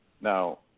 Now